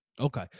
Okay